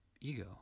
ego